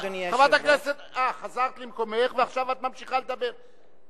חברת הכנסת, חזרת למקומך ועכשיו את ממשיכה לדבר.